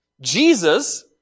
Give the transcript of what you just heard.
Jesus